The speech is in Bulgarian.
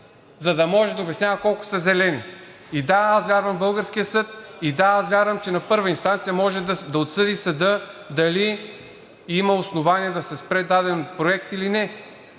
за да може да обяснява колко са зелени. Да, аз вярвам в българския съд. Да, аз вярвам, че на първа инстанция съдът може да отсъди дали има основание да се спре даден проект или не.